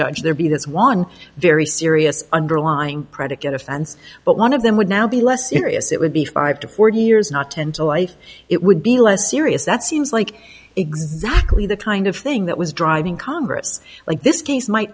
judge there be that's one very serious underlying predicate offense but one of them would now be less serious it would be five to forty years not ten to life it would be less serious that seems like exactly the kind of thing that was driving congress like this case might